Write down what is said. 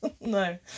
No